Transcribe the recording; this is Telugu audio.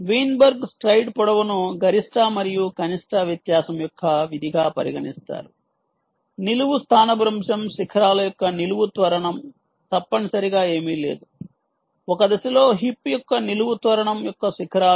Weinberg స్ట్రైడ్ పొడవును గరిష్ట మరియు కనిష్ట వ్యత్యాసం యొక్క విధిగా పరిగణిస్తారు నిలువు స్థానభ్రంశం శిఖరాల యొక్క నిలువు త్వరణం తప్పనిసరిగా ఏమీ లేదు ఒక దశలో హిప్ యొక్క నిలువు త్వరణం యొక్క శిఖరాలు